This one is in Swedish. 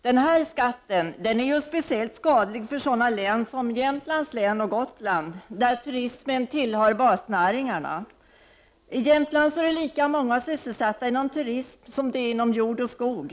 Den här skatten är speciellt skadlig för sådana län som Jämtlands län och Gotlands län, där turismen tillhör basnäringar. I Jämtland är det lika många sysselsatta inom turism som inom jordoch skogsbruk.